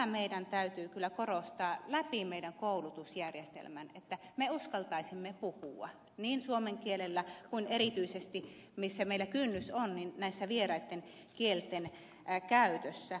tätä meidän täytyy kyllä korostaa läpi meidän koulutusjärjestelmämme että me uskaltaisimme puhua niin suomen kielellä kuin erityisesti siellä missä meillä kynnys on näissä vieraitten kielten käytössä